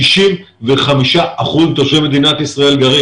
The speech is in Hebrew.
גרים 65 אחוזים מתושבי מדינת ישראל.